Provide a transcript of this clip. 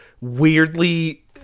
weirdly